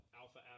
alpha